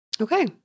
Okay